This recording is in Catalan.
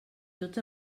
tots